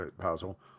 puzzle